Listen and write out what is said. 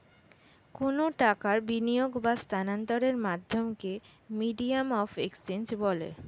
কোনো টাকার বিনিয়োগ বা স্থানান্তরের মাধ্যমকে মিডিয়াম অফ এক্সচেঞ্জ বলে